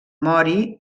mori